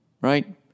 right